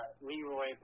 Leroy